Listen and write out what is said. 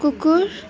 कुकुर